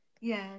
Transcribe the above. Yes